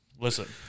Listen